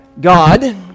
God